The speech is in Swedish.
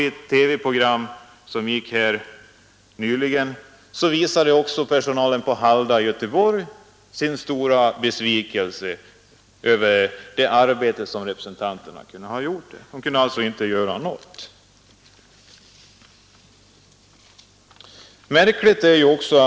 Det finns inga principiella skillnader i synsättet hos regeringen och Svenska arbetsgivareföreningen i fråga om målsättningen för styrelsearbetet för de anställda.